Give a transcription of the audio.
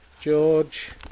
George